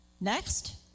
Next